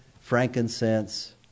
frankincense